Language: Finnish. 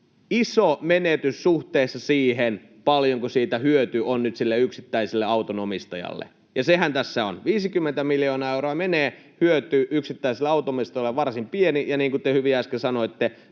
iso menetys suhteessa siihen, paljonko siitä hyöty on nyt sille yksittäiselle autonomistajalle. Sehän tässä on, että 50 miljoonaa euroa menee ja hyöty yksittäiselle autonomistajalle on varsin pieni, ja niin kuin te hyvin äsken sanoitte,